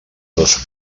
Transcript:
dos